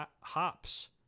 hops